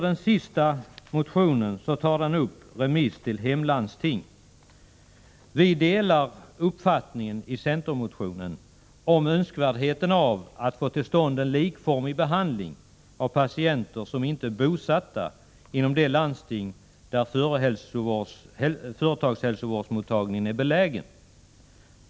Den sista reservationen behandlar remiss till hemlandsting. Vi delar uppfattningen i centermotionen om önskvärdheten av att få till stånd en likformig behandling av patienter som inte är bosatta inom det landsting där företagshälsovårdsmottagningen är belägen.